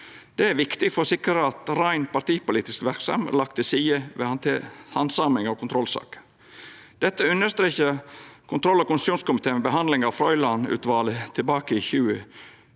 Det er viktig for å sikra at rein partipolitisk verksemd er lagd til side ved handsaming av kontrollsaker. Dette understreka kontroll- og konstitusjonskomiteen ved behandlinga av Frøiland-utvalet tilbake i 2003.